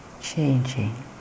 Changing